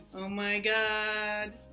oh my god